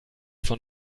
von